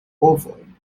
ovojn